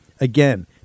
Again